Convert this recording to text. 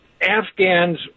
Afghans